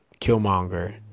killmonger